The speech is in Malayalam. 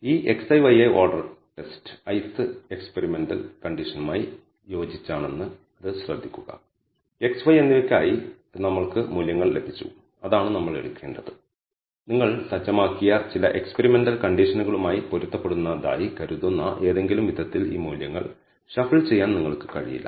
ഈ xi yi order test i th experimental കണ്ടിഷനുമായി യോജിച്ചാണെന്നത് ശ്രദ്ധിക്കുക x y എന്നിവയ്ക്കായി നമ്മൾക്ക് മൂല്യങ്ങൾ ലഭിച്ചു അതാണ് നമ്മൾ എടുക്കേണ്ടത് നിങ്ങൾ സജ്ജമാക്കിയ ചില എക്സ്പെരിമെന്റൽ കണ്ടിഷനുകളുമായി പൊരുത്തപ്പെടുന്നതായി കരുതുന്ന ഏതെങ്കിലും വിധത്തിൽ ഈ മൂല്യങ്ങൾ ഷഫിൾ ചെയ്യാൻ നിങ്ങൾക്ക് കഴിയില്ല